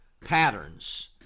patterns